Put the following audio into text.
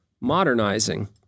modernizing